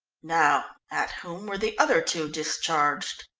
now, at whom were the other two discharged?